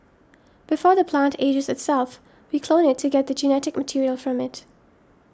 before the plant ages itself we clone it to get the genetic material from it